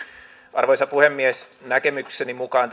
arvoisa puhemies näkemykseni mukaan